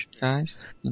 guys